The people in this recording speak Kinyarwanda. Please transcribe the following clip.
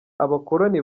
abakoloni